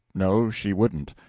no, she wouldn't.